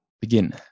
begin